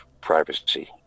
privacy